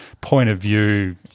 point-of-view